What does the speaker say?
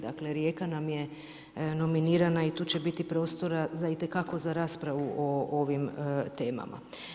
Dakle, Rijeka nam je nominirana i tu će biti prostora itekako za raspravu o ovim temama.